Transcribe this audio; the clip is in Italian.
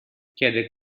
chiede